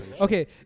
Okay